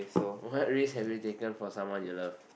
what ways have you taken for someone you love